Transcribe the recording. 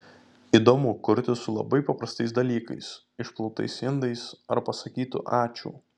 įdomu kurti su labai paprastais dalykais išplautais indais ar pasakytu ačiū